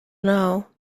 now